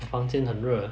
房间很热